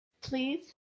please